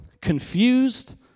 confused